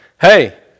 Hey